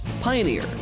Pioneer